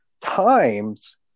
times